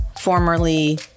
formerly